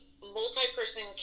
multi-person